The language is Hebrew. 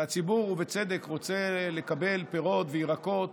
והציבור, בצדק, רוצה לקבל פירות וירקות